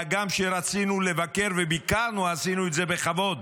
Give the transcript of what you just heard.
הגם שרצינו לבקר, וביקרנו, עשינו את זה בכבוד.